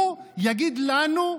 הוא יגיד לנו,